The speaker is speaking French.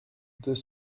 deux